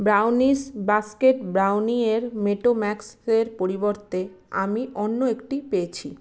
brownies basket brownie এর Motomax এর পরিবর্তে আমি অন্য একটি পেয়েছি